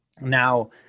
Now